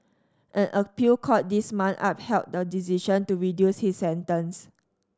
an appeal court this month upheld the decision to reduce his sentence